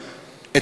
היו יכולים?